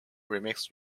remix